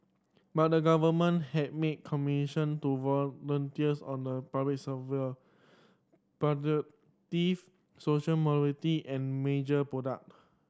but the government have made commission to volunteers on the public but the social mobility and major project